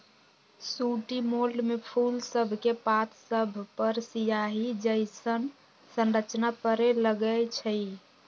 sooty mould में फूल सभके पात सभपर सियाहि जइसन्न संरचना परै लगैए छइ